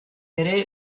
ere